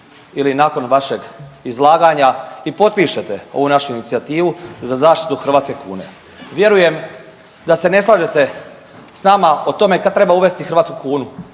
ili nakon vašeg izlaganja i potpišete ovu našu inicijativu za zaštitu hrvatske kune. Vjerujem da se ne slažete s nama o tome kada treba uvesti hrvatsku kunu